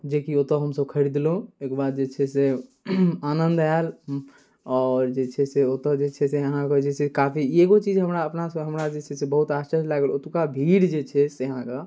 जेकि ओतऽ हमसब खरीदलहुँ ओहिके बाद जे छै से आनन्द आएल आओर जे छै से ओतऽ जे छै से अहाँके जे छै काफी एगो चीज हमरा अपनासँ हमरा जे छै बहुत आश्चर्य लागल ओतुका भीड़ जे छै से अहाँके